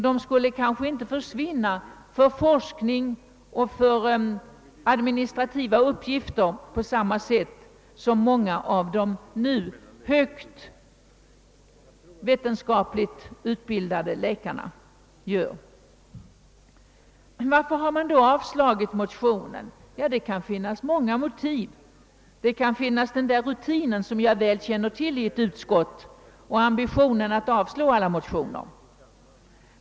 De kanske inte heller skulle försvinna för forskning och administrativa uppgifter, som många av de högt vetenskapligt utbildade läkarna gör. Varför har då motionen avstyrkts? Ja, det kan finnas många motiv härför. Det kanske beror på rutinen i ett utskott, vilken jag väl känner till, och ambitionen att avstyrka alla motioner.